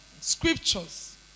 scriptures